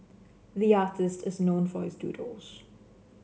the artist is known for his doodles